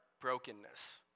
brokenness